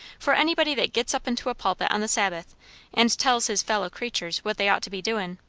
for anybody that gets up into a pulpit on the sabbath and tells his fellow-creaturs what they ought to be doin'.